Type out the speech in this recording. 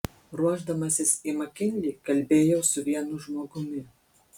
ruošdamasis į makinlį kalbėjau su vienu žmogumi